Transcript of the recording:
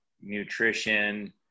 nutrition